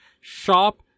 shop